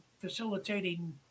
facilitating